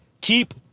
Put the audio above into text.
keep